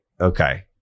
Okay